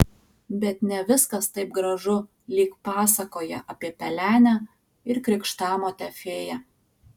bet ne viskas taip gražu lyg pasakoje apie pelenę ir krikštamotę fėją